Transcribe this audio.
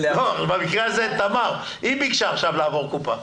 לא, במקרה הזה את תמר, היא בקשה עכשיו לעבור קופה.